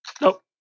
Nope